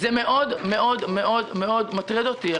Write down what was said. זה מאוד מטריד אותי.